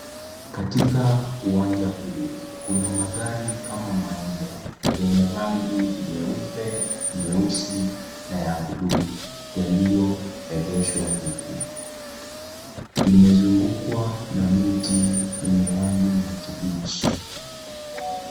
Katika uwanja huu, kuna magari kama manne yenye rangi nyeupe, nyeusi na ya bluu , yaliyoegeshwa huku. Imezungukwa na miti yenye rangi ya kibichi.